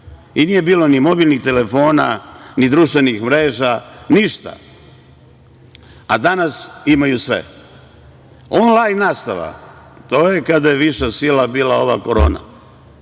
i nije bilo ni mobilnih telefona, ni društvenih mreža, ništa, a danas imaju sve. Onlajn nastava, to je kada je viša sila bila, ova korona.